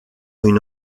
une